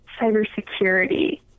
cybersecurity